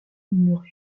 murray